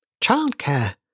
Childcare